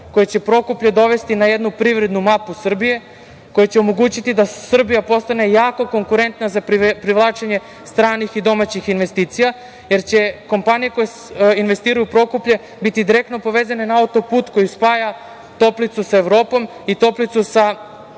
koji će Prokuplje dovesti na jednu privrednu mapu Srbije, koja će omogućiti da Srbija postane jako konkurentna za privlačenje stranih i domaćih investicija jer će kompanije koje investiraju u Prokuplje biti direktno povećane na autoput koji spaja Toplicu sa Evropom i Toplicu sa